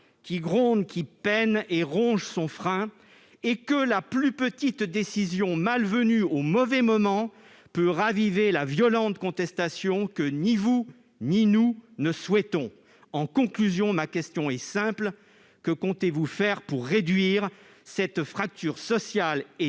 qui gronde, peine et ronge son frein ? Avez-vous conscience que la plus petite décision malvenue, prise au mauvais moment, peut raviver la violente contestation que ni vous ni nous ne souhaitons ? En conclusion, ma question est simple : que comptez-vous faire pour réduire cette fracture sociale et